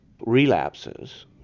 relapses